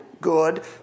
Good